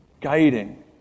guiding